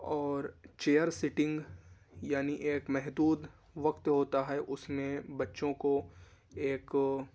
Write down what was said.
اور chair sitting یعنی ایک محدود وقت ہوتا ہے اس میں بچّوں كو ایک